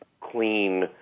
clean